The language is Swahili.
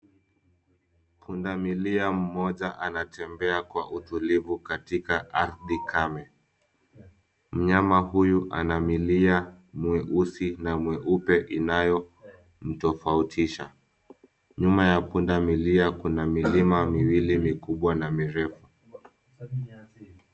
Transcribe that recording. Pundamilia mmoja anaatembea kwa utulivu katika ardhi kame. Mnyama huyu ana milia mweusi na mweupe inayomtofautisha. Nyuma ya pundamilia kuna milima miwili mikubwa na mirefu.